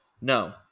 No